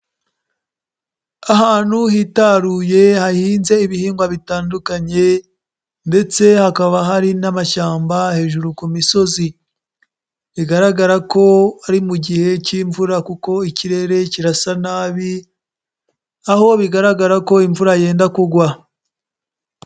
Ahantu hitaruye hahinze ibihingwa bitandukanye ndetse hakaba hari n'amashyamba hejuru ku misozi, bigaragara ko ari mu gihe cy'imvura kuko ikirere kirasa nabi aho bigaragara ko imvura yenda kugwa.